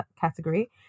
category